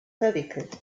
verwickelt